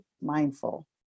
mindful